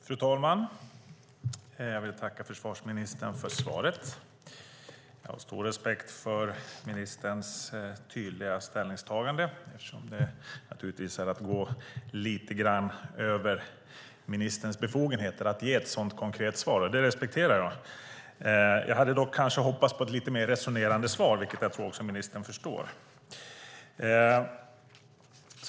Fru talman! Jag tackar försvarsministern för svaret. Jag har stor respekt för ministerns tydliga ställningstagande eftersom det naturligtvis är att gå lite grann över ministerns befogenheter att ge ett sådant konkret svar, och det respekterar jag. Jag hade dock kanske hoppats på ett lite mer resonerande svar, vilket jag också tror att ministern förstår.